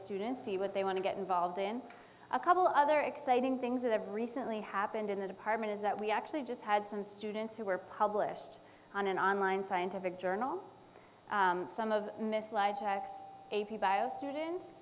students see what they want to get involved in a couple other exciting things that have recently happened in the department is that we actually just had some students who were published on an online scientific journal some of